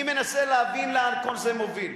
אני מנסה להבין לאן כל זה מוביל,